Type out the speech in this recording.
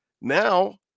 Now